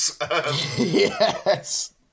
Yes